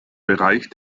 bereich